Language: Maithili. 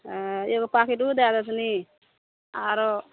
हँ एगो पाकिट ओ दे देथिन आरो